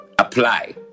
Apply